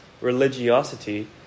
religiosity